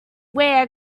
wear